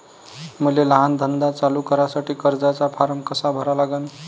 मले लहान धंदा चालू करासाठी कर्जाचा फारम कसा भरा लागन?